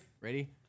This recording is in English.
Ready